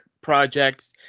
projects